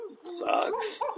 sucks